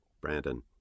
Brandon